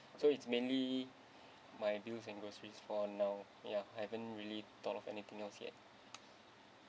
so it's mainly my bills and groceries for now ya I haven't really thought of anything else yet